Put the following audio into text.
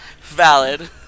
Valid